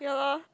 ya lor